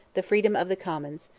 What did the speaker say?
the freedom of the commons,